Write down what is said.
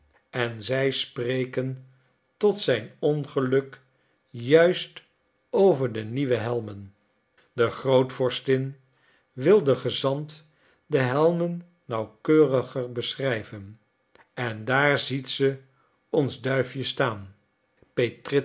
en zij spreken tot zijn ongeluk juist over de nieuwe helmen de grootvorstin wil den gezant de helmen nauwkeuriger beschrijven en daar ziet ze ons duifje staan